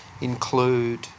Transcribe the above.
include